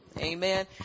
Amen